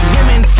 Women